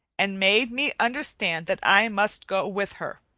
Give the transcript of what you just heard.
and made me understand that i must go with her.